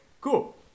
cool